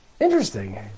Interesting